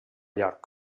york